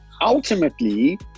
ultimately